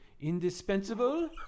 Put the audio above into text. indispensable